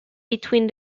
between